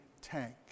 tank